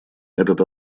этот